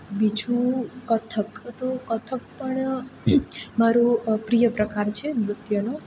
બીજું કથક તો કથક પણ મારો પ્રિય પ્રકાર છે નૃત્યનો